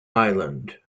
island